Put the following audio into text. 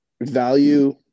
value